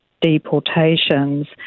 deportations